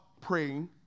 praying